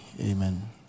amen